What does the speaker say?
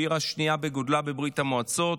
שהיא העיר השנייה בגודלה בברית המועצות.